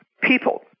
people